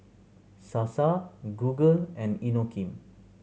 Sasa Google and Inokim